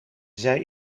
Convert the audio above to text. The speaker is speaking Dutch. zij